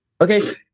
Okay